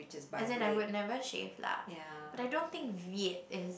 as in I would never shave lah but I don't think Veet is